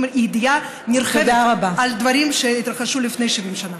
עם ידיעה נרחבת על דברים שהתרחשו לפני 70 שנה.